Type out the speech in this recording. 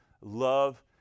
Love